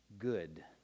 good